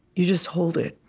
you just hold it,